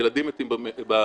ילדים מתים ברשת.